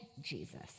Jesus